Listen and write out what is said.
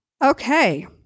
Okay